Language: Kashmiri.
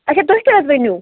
اچھا تُہۍ کیٛاہ حظ ؤنِو